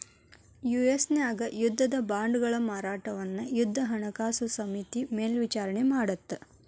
US ನ್ಯಾಗ ಯುದ್ಧದ ಬಾಂಡ್ಗಳ ಮಾರಾಟವನ್ನ ಯುದ್ಧ ಹಣಕಾಸು ಸಮಿತಿ ಮೇಲ್ವಿಚಾರಣಿ ಮಾಡತ್ತ